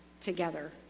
together